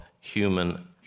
human